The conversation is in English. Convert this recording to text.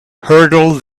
hurdle